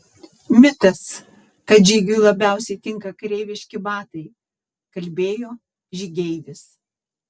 mitas kad žygiui labiausiai tinka kareiviški batai kalbėjo žygeivis